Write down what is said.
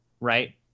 right